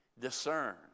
Discern